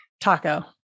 Taco